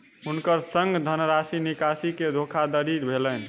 हुनकर संग धनराशि निकासी के धोखादड़ी भेलैन